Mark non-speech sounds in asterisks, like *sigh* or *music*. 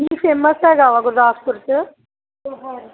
ਕੀ famous ਹੈਗਾ ਵਾ ਗੁਰਦਾਸਪੁਰ 'ਚ *unintelligible*